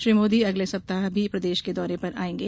श्री मोदी अगले सप्ताह भी प्रदेश के दौरे पर आयेंगे